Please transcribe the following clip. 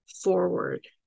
forward